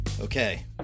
Okay